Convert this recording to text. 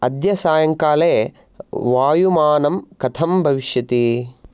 अद्य सायङ्काले वायुमानं कथं भविष्यति